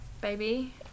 baby